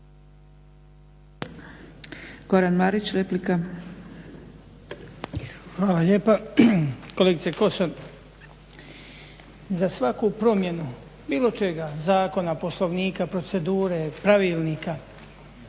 Goran Marić, replika.